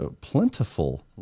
plentiful